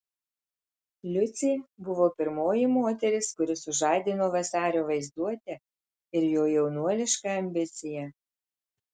liucė buvo pirmoji moteris kuri sužadino vasario vaizduotę ir jo jaunuolišką ambiciją